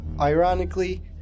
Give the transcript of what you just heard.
Ironically